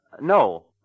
No